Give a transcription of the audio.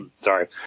Sorry